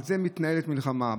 על זה מתנהלת מלחמה.